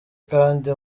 kandi